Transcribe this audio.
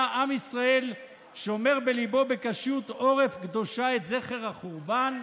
עם ישראל שומר בליבו בקשיות עורף קדושה את זכר החורבן?"